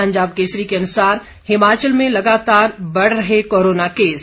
पंजाब केसरी के अनुसार हिमाचल में लगातार बढ़ रहे कोरोना केस